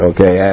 Okay